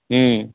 हूँ